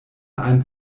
einen